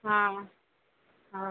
ହଁ ହଁ